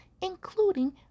including